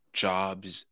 jobs